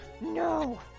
no